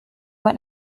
what